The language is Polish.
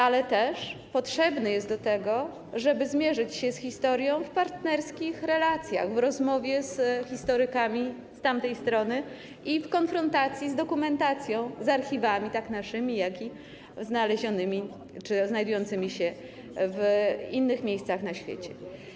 Ale też potrzebny jest do tego, żeby zmierzyć się z historią w partnerskich relacjach, w rozmowie z historykami z tamtej strony i w konfrontacji z dokumentacją, z archiwami tak naszymi, jak i znalezionymi czy znajdującymi się w innych miejscach na świecie.